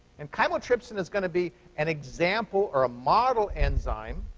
and chymotrypsin is going to be an example, or a model enzyme,